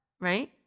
Right